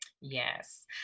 Yes